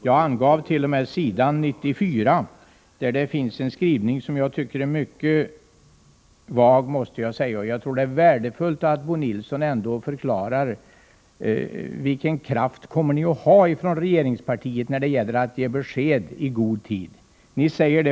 Jag sade att det finns en skrivning i betänkandet som jag tycker är mycket vag — jag angav t.o.m. att det är på s. 94 — och att det är värdefullt att Bo Nilsson förklarar hur stor kraft man från regeringspartiet kommer att sätta in för att ge besked i god tid.